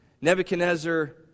Nebuchadnezzar